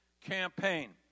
campaign